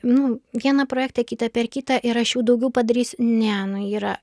nu vieną projektą kitą per kitą ir aš jau daugiau padarysiu ne nu yra